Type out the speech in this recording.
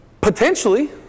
Potentially